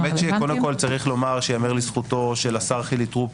קודם כל צריך לומר לזכותו של השר חילי טרופר,